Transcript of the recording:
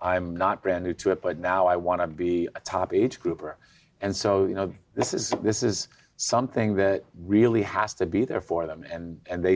i am not brand new to it but now i want to be a top age group or and so you know this is this is something that really has to be there for them and they